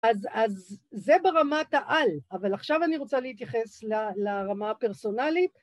אז זה ברמת העל, אבל עכשיו אני רוצה להתייחס לרמה הפרסונלית.